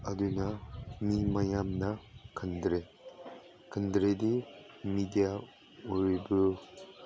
ꯑꯗꯨꯅ ꯃꯤ ꯃꯌꯥꯝꯅ ꯈꯪꯗ꯭ꯔꯦ ꯈꯪꯗ꯭ꯔꯦꯗꯤ ꯃꯦꯗꯤꯌꯥ ꯑꯣꯏꯔꯣ